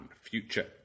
future